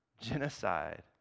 Genocide